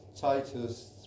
Titus